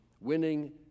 winning